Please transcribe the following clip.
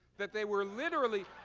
that they were literally